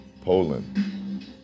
Poland